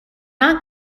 not